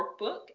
workbook